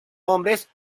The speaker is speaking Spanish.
hombres